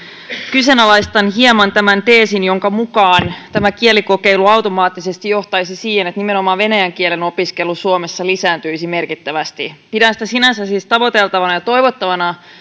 kyseenalaistan hieman tämän teesin jonka mukaan tämä kielikokeilu automaattisesti johtaisi siihen että nimenomaan venäjän kielen opiskelu suomessa lisääntyisi merkittävästi pidän sitä sinänsä siis tavoiteltavana ja toivottavana